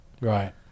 right